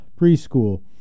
Preschool